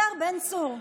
השר בן צור,